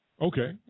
Okay